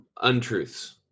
untruths